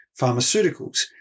pharmaceuticals